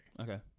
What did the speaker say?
okay